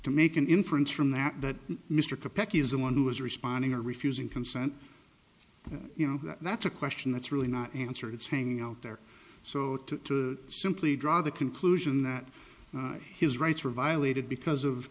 to make an inference from that that mr capecchi is the one who is responding or refusing consent you know that's a question that's really not answered it's hanging out there so to simply draw the conclusion that his rights were violated because of